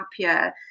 happier